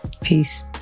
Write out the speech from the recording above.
Peace